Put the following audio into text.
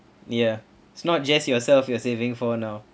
ya it's not just yourself you are saving for now